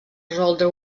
resoldre